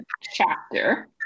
chapter